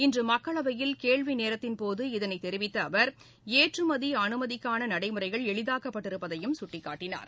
இன்று மக்களவையில் கேள்விநேரத்தின்போது இதனை தெரிவித்த அவர் ஏற்றுமதி அனுமதிக்கான நடைமுறைகள் எளிதாக்கப்பட்டிருப்பதையும் சுட்டிக்காட்டினார்